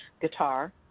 guitar